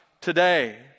today